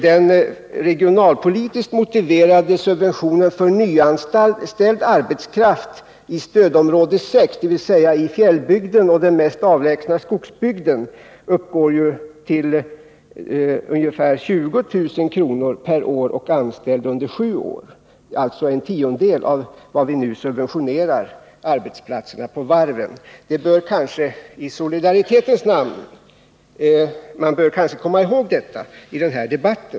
Den regionalpolitiskt motiverade subventionen för nyanställd arbetskraft i stödområde 6, dvs. i fjällbygden och den mest avlägsna skogsbygden, uppgår till ungefär 20 000 kr. per år och anställd under sju år, alltså en tiondel av det belopp varmed vi nu subventionerar arbetsplatserna på varven. Det bör man kanske i solidaritetens namn komma ihåg i denna debatt.